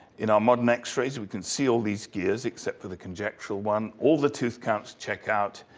in our modern x-rays, we can see all these gears except for the conjectural one. all the tooth counts check out.